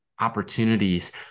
opportunities